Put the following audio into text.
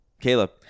Caleb